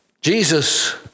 Jesus